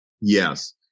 Yes